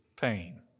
pain